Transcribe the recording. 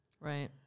Right